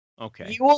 Okay